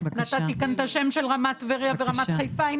נתתי כאן את השם של רמת טבריה ורמת חיפה.